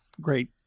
great